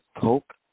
Coke